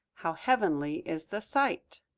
how heavenly is the sight!